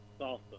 Salsa